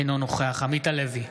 אינו נוכח עמית הלוי,